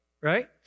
right